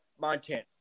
Montana